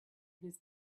his